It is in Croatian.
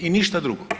I ništa drugo.